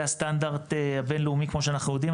הסטנדרט הבין-לאומי כמו שאנחנו יודעים.